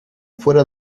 fuera